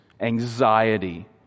Anxiety